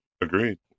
Agreed